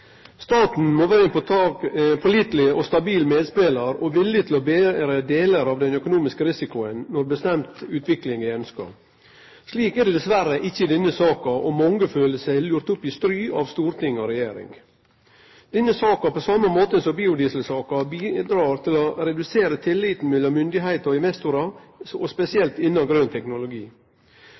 Staten må vere ein påliteleg og stabil medspelar og må vere villig til å bere delar av den økonomiske risikoen når ei bestemt utvikling er ønskt. Slik er det dessverre ikkje i denne saka, og mange føler seg lurte opp i stry av storting og regjering. Denne saka bidreg på same måte som biodieselsaka til å redusere tilliten mellom myndigheiter og investorar, spesielt innan grøn teknologi.